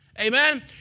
Amen